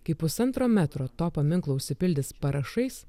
kai pusantro metro to paminklo užsipildys parašais